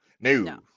No